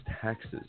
taxes